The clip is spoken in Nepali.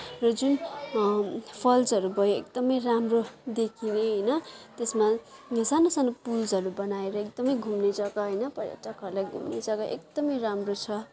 र जुन फल्सहरू भयो एकदमै राम्रो देखिने होइन त्यसमा सानो सानो पुल्सहरू बनाएर एकदमै घुम्ने जग्गा होइन पर्यटकहरूलाई घुम्ने जग्गा एकदमै राम्रो छ